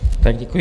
Děkuji.